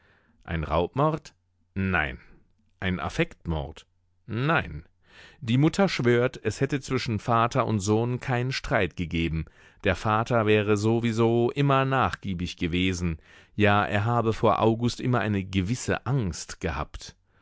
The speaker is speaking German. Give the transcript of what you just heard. ein raubmord nein ein affektmord nein die mutter schwört es hätte zwischen vater und sohn keinen streit gegeben der vater wäre so wie so immer nachgiebig gewesen ja er habe vor august immer eine gewisse angst gehabt